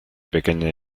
pequeña